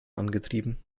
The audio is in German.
angetrieben